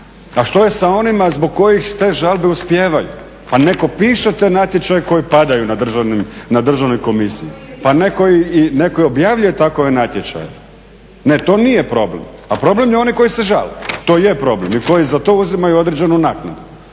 A što je sa onima zbog kojih te žalbe uspijevaju pa netko piše te natječaje koji padaju na državnoj komisiji. Pa netko i objavljuje takve natječaje. Ne, to nije problem a problem je oni koji se žale, to je problem i koji za to uzimaju određenu naknadu.